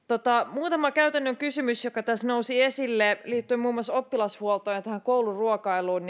muutama käytännön kysymys jotka tässä nousivat esille liittyen muun muassa oppilashuoltoon ja kouluruokailuun